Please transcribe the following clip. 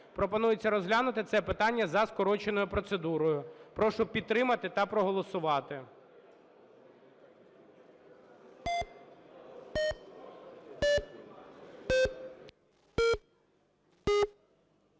Пропонується розглянути це питання за скороченою процедурою. Прошу підтримати та проголосувати.